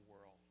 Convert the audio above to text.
world